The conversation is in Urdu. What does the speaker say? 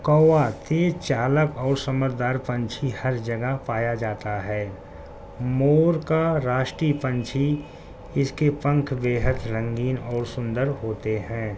کووا تیز چالک اور سمردار پنچھی ہر جگہ پایا جاتا ہے مور کا راشٹ پنچھی اس کے پنکھھ بےحد رنگین اور سندر ہوتے ہیں